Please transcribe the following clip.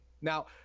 Now